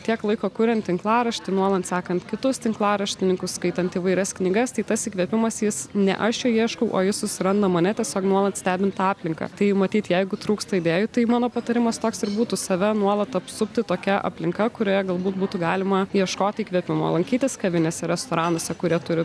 tiek laiko kuriant tinklaraštį nuolat sekant kitus tinklaraštininkus skaitant įvairias knygas tai tas įkvėpimas jis ne aš jo ieškau o jis susiranda mane tiesiog nuolat stebint tą aplinką tai matyt jeigu trūksta idėjų tai mano patarimas toks ir būtų save nuolat apsupti tokia aplinka kurioje galbūt būtų galima ieškoti įkvėpimo lankytis kavinėse restoranuose kurie turi